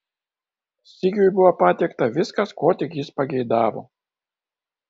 sigiui buvo patiekta viskas ko tik jis pageidavo